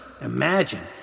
Imagine